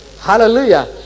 Hallelujah